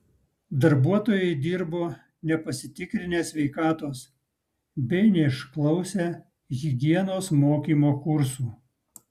darbuotojai dirbo nepasitikrinę sveikatos bei neišklausę higienos mokymo kursų